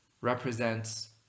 represents